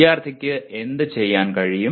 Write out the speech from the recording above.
വിദ്യാർത്ഥിക്ക് എന്ത് ചെയ്യാൻ കഴിയും